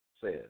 says